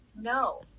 No